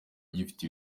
gifite